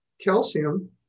calcium